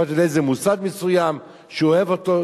יכול להיות שזה איזה מוסד מסוים שהוא אוהב אותו,